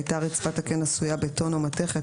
הייתה רצפת הקן עשויה בטון או מתכת